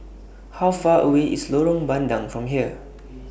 How Far away IS Lorong Bandang from here